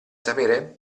sapere